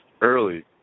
early